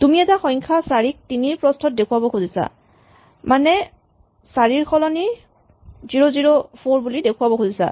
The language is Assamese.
তুমি এটা সংখ্যা ৪ ক তিনিৰ প্ৰস্হত দেখুৱাব খুজিছা মানে ৪ ৰ সলনি ০০৪ বুলি দেখুৱাব খুজিছা